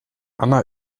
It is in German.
anna